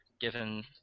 given